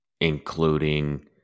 including